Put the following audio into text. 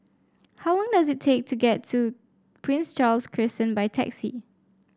how long does it take to get to Prince Charles Crescent by taxi